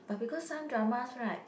but because some dramas right